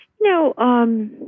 No